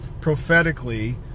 prophetically